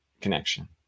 connection